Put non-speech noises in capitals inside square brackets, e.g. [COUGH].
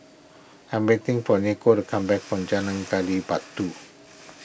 I am waiting for Niko [NOISE] to come back from Jalan Gali Batu